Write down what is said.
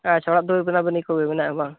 ᱟᱪᱪᱷᱟ ᱚᱲᱟᱜ ᱫᱩᱣᱟᱹᱨ ᱵᱮᱱᱟᱣ ᱵᱮᱱᱤ ᱠᱚᱜᱮ ᱢᱮᱱᱟᱜᱼᱟ ᱵᱟᱝ